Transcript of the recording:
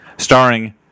Starring